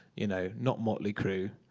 you know not motley crue,